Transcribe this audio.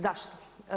Zašto?